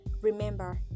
remember